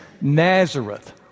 Nazareth